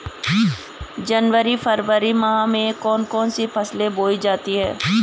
जनवरी फरवरी माह में कौन कौन सी फसलें बोई जाती हैं?